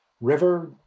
river